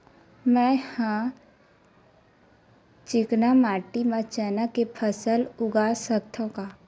मै ह चिकना माटी म चना के फसल उगा सकथव का?